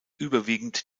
überwiegend